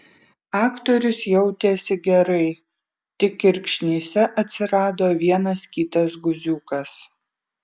aktorius jautėsi gerai tik kirkšnyse atsirado vienas kitas guziukas